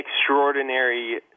extraordinary